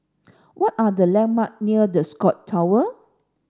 what are the landmark near The Scott Tower